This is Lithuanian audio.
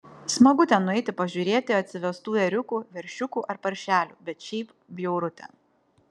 smagu ten nueiti pažiūrėti atsivestų ėriukų veršiukų ar paršelių bet šiaip bjauru ten